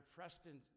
Preston